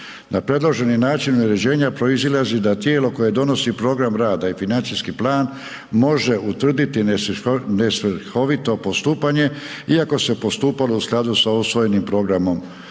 Na predloženi način uređenje proizlazi da tijelo koje donosi program rada i financijski plan može utvrditi nesvrhovito postupanje iako se postupalo u skladu s usvojenim programom